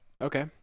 okay